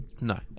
no